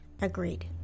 Agreed